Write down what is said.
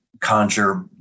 conjure